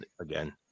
again